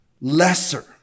lesser